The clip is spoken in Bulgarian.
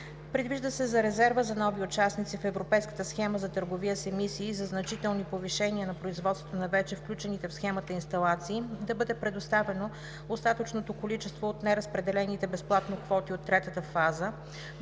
Предвижда се за резерва за нови участници в Европейската схема за търговия с емисии и за значителни повишения на производството на вече включените в схемата инсталации да бъде предоставено остатъчното количество от неразпределените безплатно квоти от третата фаза